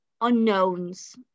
unknowns